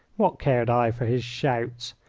what cared i for his shouts!